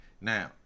Now